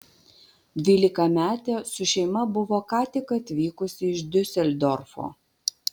dvylikametė su šeima buvo ką tik atvykusi iš diuseldorfo